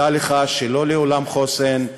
דע לך שלא לעולם חוסן.